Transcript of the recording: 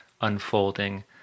unfolding